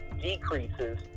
decreases